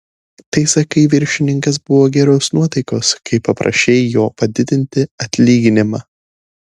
tai sakai viršininkas buvo geros nuotaikos kai paprašei jo padidinti atlyginimą